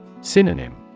Synonym